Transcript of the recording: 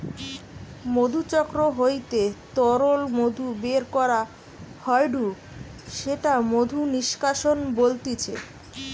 মধুচক্র হইতে তরল মধু বের করা হয়ঢু সেটা মধু নিষ্কাশন বলতিছে